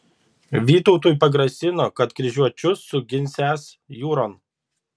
vytautui pagrasino kad kryžiuočius suginsiąs jūron